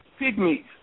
pygmies